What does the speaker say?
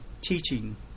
teaching